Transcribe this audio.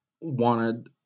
wanted